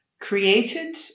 created